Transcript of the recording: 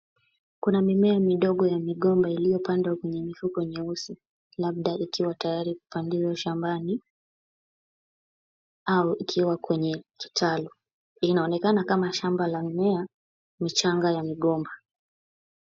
Kuna mimea midogo ya migomba iliyopandwa kwenye mifugo nyeusi, labda ikiwa tayari kubanduliwa shambani au ikiwa kwenye kitalu. Inaonekana kama shamba la mmea michanga ya migomba.